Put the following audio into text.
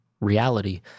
reality